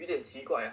有点奇怪